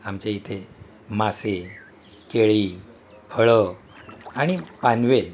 आमच्या इथे मासे केळी फळं आणि पानवेल